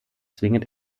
zwingend